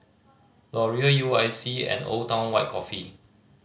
Laurier U I C and Old Town White Coffee